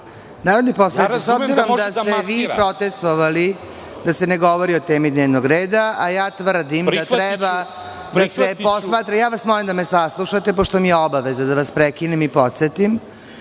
Narodni poslaniče, vi ste protestovali da se ne govori o temi dnevnog reda, a ja tvrdim da treba da se posmatra…Molim da me saslušate, pošto mi je obaveza da vas prekinem i podsetim.